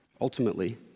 Ultimately